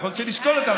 יכול להיות שנשקול אותה.